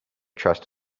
trust